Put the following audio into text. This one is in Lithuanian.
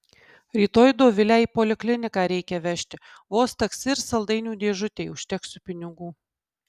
rytoj dovilę į polikliniką reikia vežti vos taksi ir saldainių dėžutei užteksiu pinigų